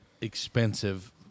expensive